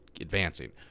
advancing